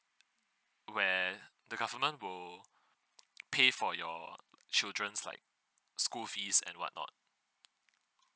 where the government will pay for your children's like school fees and whatnot